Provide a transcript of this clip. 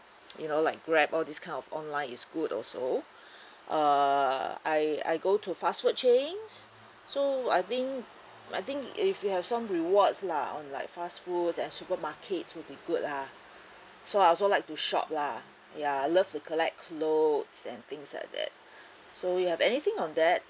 you know like grab all this kind of online is good also err I I go to fast food chains so I think I think if you have some rewards lah on like fast foods and supermarkets will be good lah so I also like to shop lah ya I love to collect clothes and things like that so you have anything on that